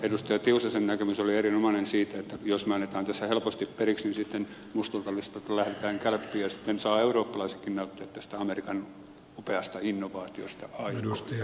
tiusasen näkemys oli erinomainen siitä että jos me annamme tässä helposti periksi niin sitten mustalta listalta lähdetään kälppimään ja sitten saavat eurooppalaisetkin näytteet tästä amerikan upeasta innovaatiosta aikoinaan